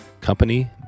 company